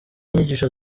inyigisho